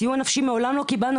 סיוע נפשי מעולם לא קיבלנו.